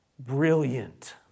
Brilliant